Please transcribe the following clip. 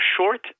short